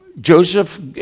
Joseph